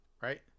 right